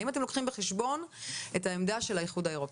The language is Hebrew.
האם אתם לוקחים בחשבון את העמדה של האיחוד האירופאי.